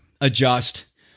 adjust